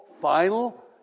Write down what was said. final